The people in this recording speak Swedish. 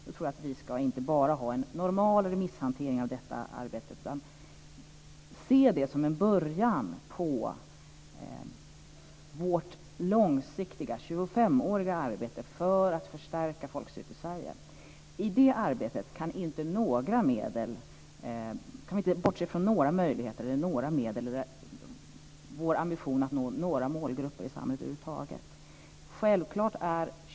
Då tror jag att vi inte bara ska ha en normal remisshantering av detta arbete, utan vi ska även se det som en början på vårt långsiktiga, 25-åriga arbete för att förstärka folkstyret i Sverige. I det arbetet kan vi inte bortse från några möjligheter eller medel, eller från vår ambition att nå några målgrupper i samhället över huvud taget.